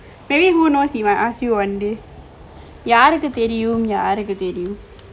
maybe who knows he might ask you one day யாருக்கு தெரியும் யாருக்கு தெரியும்:yaarukku theriyum yaarukku theriyum